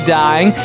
dying